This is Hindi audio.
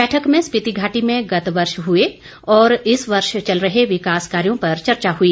बैठक में स्पीति घाटी में गत वर्ष हुए और इस वर्ष चल रहे विकास कार्यो पर चर्चा हुई